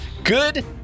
Good